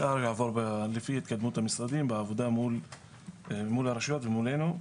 השאר יעבור לפי התקדמות המשרדים בעבודה מול הרשויות ומולנו.